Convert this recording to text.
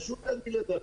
פשוט אין עם מי לדבר.